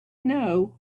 know